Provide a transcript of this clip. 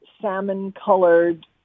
salmon-colored